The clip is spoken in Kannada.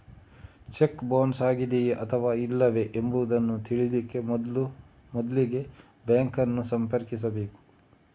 ಚೆಕ್ ಬೌನ್ಸ್ ಆಗಿದೆಯೇ ಅಥವಾ ಇಲ್ಲವೇ ಎಂಬುದನ್ನ ತಿಳೀಲಿಕ್ಕೆ ಮೊದ್ಲಿಗೆ ಬ್ಯಾಂಕ್ ಅನ್ನು ಸಂಪರ್ಕಿಸ್ಬೇಕು